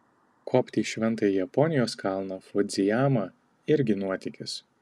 kopti į šventąjį japonijos kalną fudzijamą irgi nuotykis